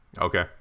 Okay